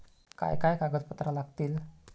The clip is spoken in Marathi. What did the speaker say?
काय काय कागदपत्रा लागतील?